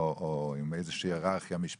שיהיה איזה בית דין או עם איזה שהיא היררכיה משפטית